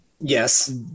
Yes